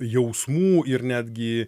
jausmų ir netgi